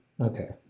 Okay